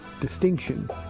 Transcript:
distinction